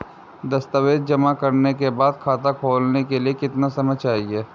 दस्तावेज़ जमा करने के बाद खाता खोलने के लिए कितना समय चाहिए?